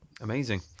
Amazing